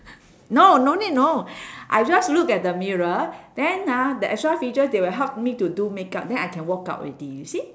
no no need no I just look at the mirror then ah the extra feature they will help me do makeup then I can walk out already you see